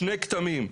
שני כתמים.